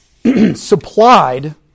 Supplied